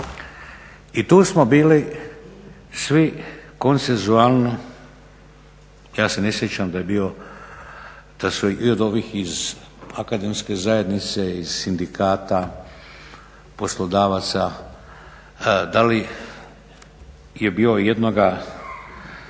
I tu smo bili svi konsenzualno, ja se ne sjećam da je bilo, da su i od ovih od akademske zajednice, iz sindikata poslodavaca, da li je bilo jednoga,